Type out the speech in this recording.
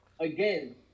again